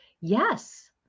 yes